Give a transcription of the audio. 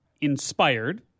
inspired